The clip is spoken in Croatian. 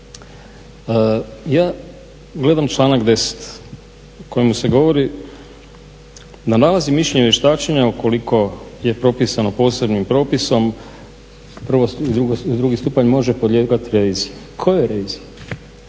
Ja gledam članak 10. u kojemu se govori: "Na nalaz i mišljenje vještačenja ukoliko je propisano posebnim propisom, drugi stupanj može podlijegati reviziji." Kojoj reviziji?